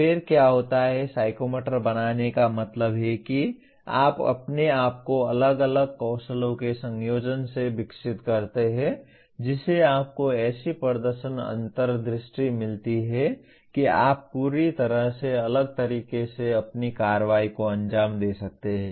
फिर क्या होता है साइकोमोटर बनाने का मतलब है कि आप अपने आप को अलग अलग कौशलों के संयोजन से विकसित करते हैं जिससे आपको ऐसी प्रदर्शन अंतर्दृष्टि मिलती है कि आप पूरी तरह से अलग तरीके से अपनी कार्रवाई को अंजाम दे सकते हैं